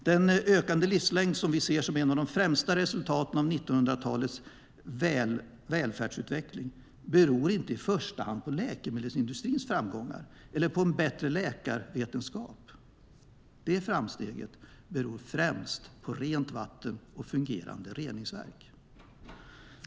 Den ökade livslängd som vi ser som ett av de främsta resultaten av 1900-talets välfärdsutveckling beror inte i första hand på läkemedelsindustrins framgångar eller på en bättre läkarvetenskap. Det framsteget beror främst på rent vatten och fungerande reningsverk.